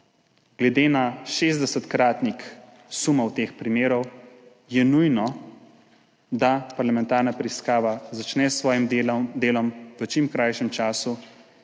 Glede na 60-kratnik sumov teh primerov je nujno, da parlamentarna preiskava začne s svojim delom v čim krajšem času